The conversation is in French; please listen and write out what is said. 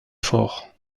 fort